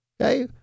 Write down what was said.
Okay